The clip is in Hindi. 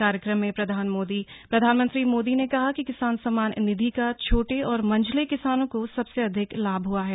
कार्यक्रम में प्रधानमंत्री मोदी ने कहा कि किसान सम्मान निधि का छोटे और मंझले किसानों को सबसे अधिक लाभ हुआ है